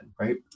right